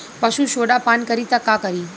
पशु सोडा पान करी त का करी?